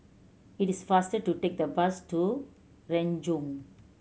it is faster to take the bus to Renjong